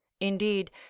Indeed